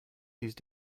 these